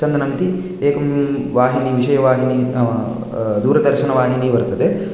चन्दनमिति एकं वाहिनी विषयवाहिनी नाम दूरदर्शनवाहिनी वर्तते